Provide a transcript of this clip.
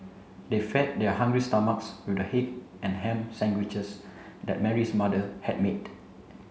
they fed their hungry stomachs with the egg and ham sandwiches that Mary's mother had made